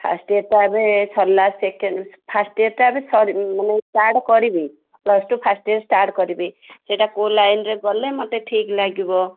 first ଇୟର୍ଟା ଏବେ ସରିଲା ସେକେଣ୍ଡ ଫାର୍ଷ୍ଟ୍ ଇୟର୍ଟା ଏବେ ସରି ମାନେ ଷ୍ଟାର୍ଟ କରିନି plus two first year start କରିବି ସେଟା କେଉଁ ଲାଇନ୍ରେ ଗଲେ ମୋତେ ଠିକ୍ ଲାଗିବ